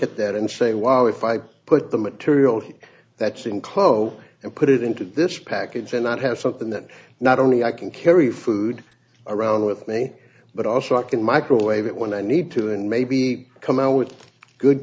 at that and say wow if i put the material that's in clover and put it into this package and that has something that not only i can carry food around with me but also i can microwave it when i need to and maybe come out with a good